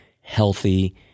healthy